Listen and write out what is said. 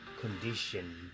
condition